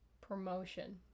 Promotion